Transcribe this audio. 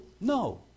No